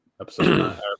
episode